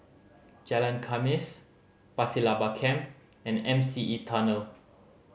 Jalan Khamis Pasir Laba Camp and M C E Tunnel